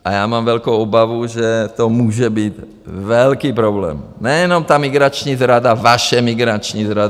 A já mám velkou obavu, že to může být velký problém, nejenom ta migrační zrada, vaše migrační zrada...